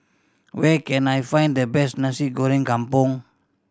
where can I find the best Nasi Goreng Kampung